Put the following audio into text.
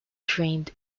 drained